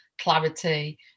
clarity